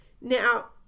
Now